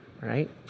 right